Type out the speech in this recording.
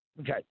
Okay